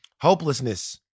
Hopelessness